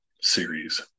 series